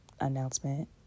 announcement